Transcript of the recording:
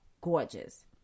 gorgeous